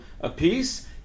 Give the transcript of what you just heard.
apiece